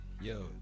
yo